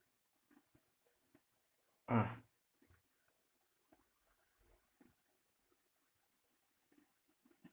ah